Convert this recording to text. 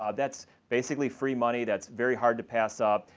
um that's basically free money. that's very hard to pass up.